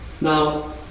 Now